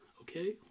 Okay